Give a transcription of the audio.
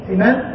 Amen